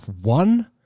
one